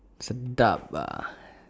sedap ah